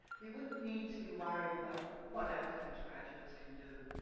we wouldn't need to be worrying about what our college graduates can do.